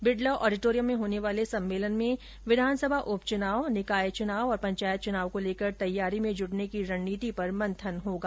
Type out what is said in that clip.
Birla auditorium में होने वाले सम्मेलन में विधानसभा उप चुनाव निकाय चुनाव और पंचायत चुनाव को लेकर तैयारी में जूटने की रणनीति पर मंथन होगा